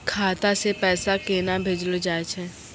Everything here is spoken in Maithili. खाता से पैसा केना भेजलो जाय छै?